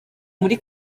muri